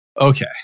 Okay